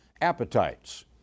appetites